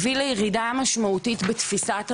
הביא לירידה משמעותית בתפיסת המסוכנות,